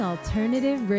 Alternative